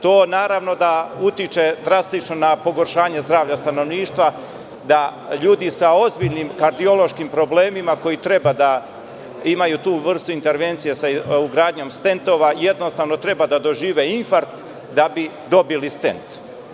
To naravno da drastično utiče na pogoršanje zdravlja stanovništva, da ljudi sa ozbiljnim kardiološkim problemima koji treba da imaju tu vrstu intervencije sa ugradnjom stentova jednostavno treba da dožive infarkt da bi dobili stent.